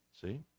See